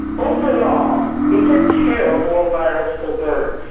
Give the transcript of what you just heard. overall it's a terrible virus for birds,